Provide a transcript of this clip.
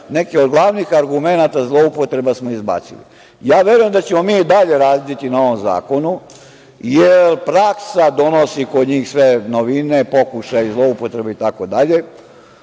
Neki od glavnih argumenata zloupotreba smo izbacili. Verujem da ćemo mi i dalje raditi na ovom zakonu, jer praksa donosi kod njih sve novine, pokušaj zloupotrebe itd, ali